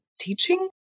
teaching